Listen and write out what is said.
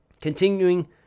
Continuing